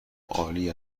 عالی